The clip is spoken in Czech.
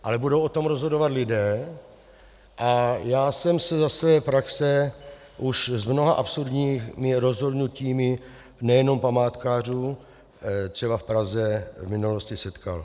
Ale budou o tom rozhodovat lidé a já jsem se za své praxe už s mnoha absurdními rozhodnutími nejenom památkářů třeba v Praze v minulosti setkal.